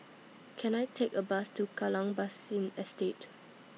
Can I Take A Bus to Kallang Basin Estate